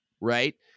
right